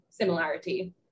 similarity